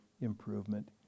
improvement